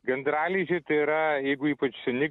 gandralizdžiai tai yra jeigu ypač seni